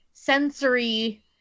Sensory